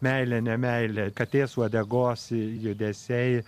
meile nemeile katės uodegos judesiai